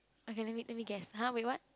okay let me let me guess [huh] with what